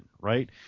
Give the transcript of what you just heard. right